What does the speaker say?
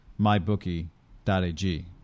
mybookie.ag